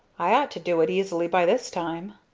i ought to do it easily by this time.